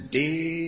day